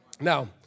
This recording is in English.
Now